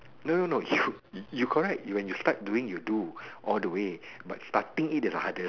no no no you you correct when you start doing you do all the way but starting it ah that's the